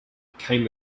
came